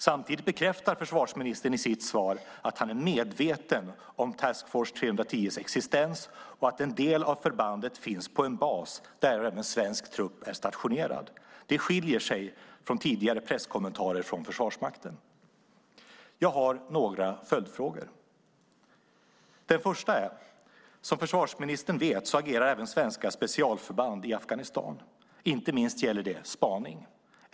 Samtidigt bekräftar försvarsministern i sitt svar att han är medveten om Task Force 3-10 och dess existens och om att en del av förbandet finns på en bas där även svensk trupp är stationerad. Detta skiljer sig från tidigare presskommentarer från Försvarsmakten. Jag har några följdfrågor: 1.Som försvarsministern vet agerar även svenska specialförband i Afghanistan. Inte minst gäller det spaning.